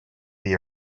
the